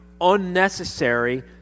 unnecessary